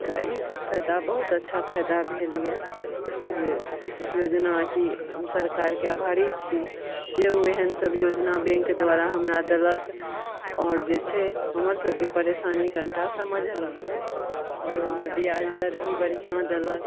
तऽ ई सब फायदा बहुत अच्छा फायदा भेल अछि जे योजना की हम सरकारके आभारी छियै जे ओ एहन सब योजना बैंक द्वारा हमरा देलक आओर जे छै हमर सबके परेशानी कनिटा समझलक आओर ओहिमे ब्याज दर भी बढ़िऑं देलक